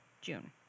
June